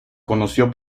conoció